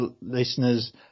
listeners